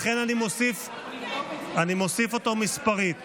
לכן אני מוסיף אותו מספרית.